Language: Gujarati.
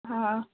હા